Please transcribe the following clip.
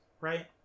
right